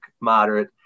moderate